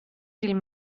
till